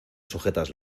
sujetas